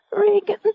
Regan